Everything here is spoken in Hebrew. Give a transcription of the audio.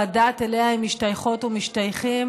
או הדת שאליה הם משתייכות או משתייכים,